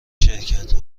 شرکت